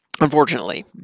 unfortunately